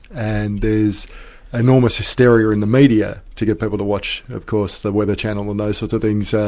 and there's enormous hysteria in the media to get people to watch of course the weather channel and those sorts of things,